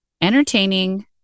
entertaining